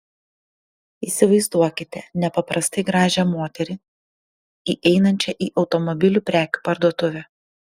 įsivaizduokite nepaprastai gražią moterį įeinančią į automobilių prekių parduotuvę